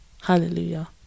Hallelujah